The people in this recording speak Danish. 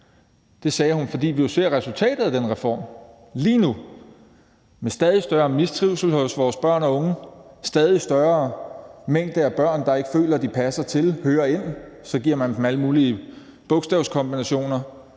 Det sagde hun, fordi vi jo ser resultatet af den reform lige nu med stadig større mistrivsel hos vores børn og unge og med en stadig større mængde af børn, der ikke føler, de passer ind og hører til. Så giver man dem alle mulige bogstavkombinationer